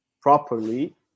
properly